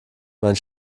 mein